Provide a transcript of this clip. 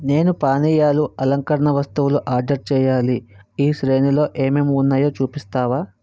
నేను పానీయాలు అలంకరణ వస్తువులు ఆర్డర్ చేయాలి ఈ శ్రేణిలో ఏమేం ఉన్నాయో చూపిస్తావా